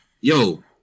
Yo